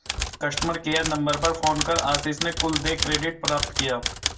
customer care number पर phone कर आशीष ने कुल देय क्रेडिट प्राप्त किया